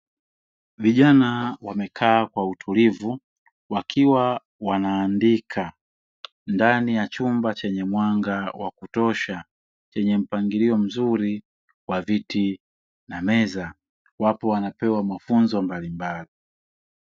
Vijana wamekaa kwa utulivu wakiwa wanaandika ndani ya chumba chenye mwanga wa kutosha, chenye mpangilio mzuri wa viti na meza. Wapo wanapewa mafunzo mbalimbali.